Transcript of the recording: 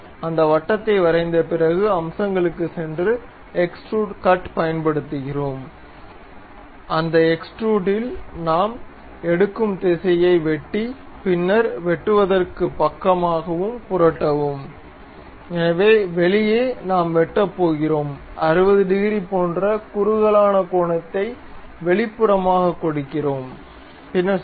அந்த வட்டத்தை வரைந்த பிறகு அம்சங்களுக்குச் சென்று எக்ஸ்ட்ரூட் கட் பயன்படுத்துகிறோம் அந்த எக்ஸ்ட்ரூடில் நாம் எடுக்கும் திசையை வெட்டி பின்னர் வெட்டுவதற்கு பக்கமாக புரட்டவும் எனவே வெளியே நாம் வெட்டப் போகிறோம் 60 டிகிரி போன்ற குறுகலான கோணத்தை வெளிப்புறமாகக் கொடுக்கிறோம் பின்னர் சரி